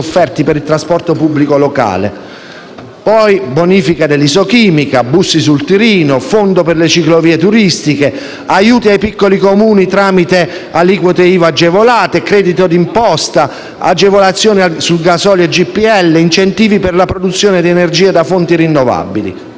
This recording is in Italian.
offerti per il trasporto pubblico locale. Poi bonifica isochimica, Bussi sul Tirino, fondo per le ciclovie turistiche, aiuti ai piccoli Comuni tramite aliquote IVA agevolate, credito imposta per imprese e coltivatori, agevolazioni gasolio e gpl, incentivi per la produzione di energia da fonti rinnovabili.